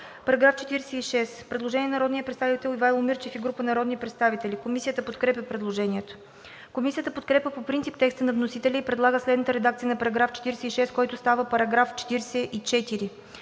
По § 46 има предложение на народния представител Ивайло Мирчев и група народни представители. Комисията подкрепя предложението. Комисията подкрепя по принцип текста на вносителя и предлага следната редакция на § 46, който става § 44.